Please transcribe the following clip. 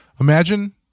imagine